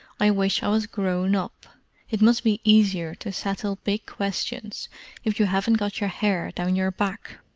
i wish i was grown up it must be easier to settle big questions if you haven't got your hair down your back!